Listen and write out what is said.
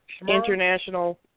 International